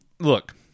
Look